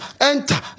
enter